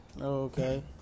Okay